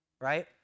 right